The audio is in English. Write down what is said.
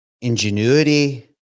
ingenuity